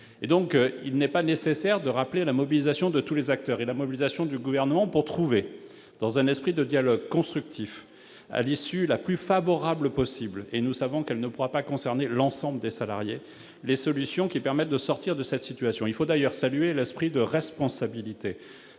donc pas nécessaire de rappeler la mobilisation de tous les acteurs et du Gouvernement pour trouver, dans un esprit de dialogue constructif, l'issue la plus favorable possible, dont nous savons qu'elle ne pourra pas concerner l'ensemble des salariés, et les solutions permettant de sortir de cette situation. Il faut d'ailleurs saluer l'esprit de responsabilité